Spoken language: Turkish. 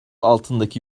altındaki